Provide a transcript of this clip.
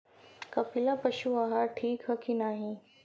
कपिला पशु आहार ठीक ह कि नाही?